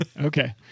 okay